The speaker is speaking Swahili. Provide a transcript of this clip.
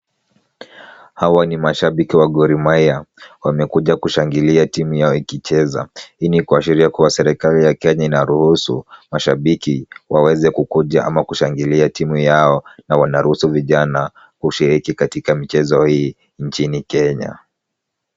Hawa ni mashabiki wa Gor Mahia. Wamekuja kushangilia timu yao ikicheza. Hii ni kwa sheria kuwa serikali ya Kenya inaruhusu mashabiki waweze kukuja ama kushangilia timu yao na wanaruhusu vijana kushiriki katika michezo hii nchini Kenya.